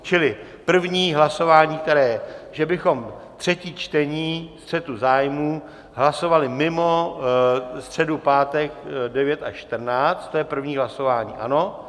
Čili první hlasování, že bychom třetí čtení střetu zájmů hlasovali mimo středu, pátek 9 až 14, to je první hlasování, ano?